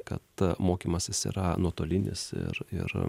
kad mokymasis yra nuotolinis ir ir